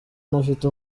ntafite